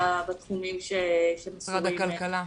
משרד הכלכלה.